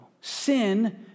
Sin